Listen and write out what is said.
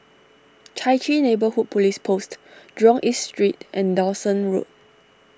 Chai Chee Neighbourhood Police Post Jurong East Street and Dawson Road